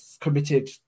committed